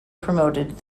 promoted